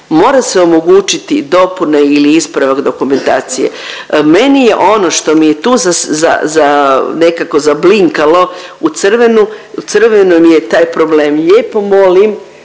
Mora se omogući dopuna ili ispravak dokumentacije. Meni je ono što mi je tu za… nekako zablinkalo u crvenu, u crveno mi je taj problem. Lijepo molim